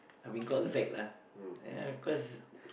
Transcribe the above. I have been called Zack lah ya cause